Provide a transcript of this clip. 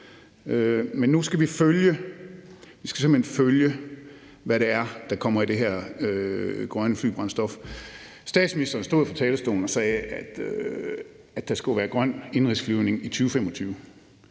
hen følge, hvad det er, der kommer i det her grønne brændstof. Statsministeren stod på talerstolen og sagde, at der skulle være grøn indenrigsflyvning i 2025,